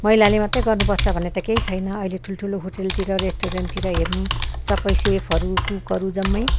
महिलाले मात्रै गर्नुपर्छ भन्ने त केही छैन अहिले ठुल्ठुलो होटेलतिर रेस्ट्रुरेन्टतिर हेर्नु सबै सेफहरू कुकहरू जम्मै